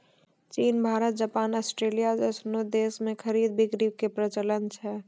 चीन Bharat Japan Australia जैसनो देश मे खरीद बिक्री के प्रचलन छै